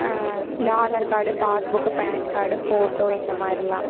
இந்த Aadhaar card passbook PAN card photo இந்த மாதிரிலாம்